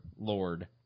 Lord